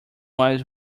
was